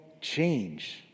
change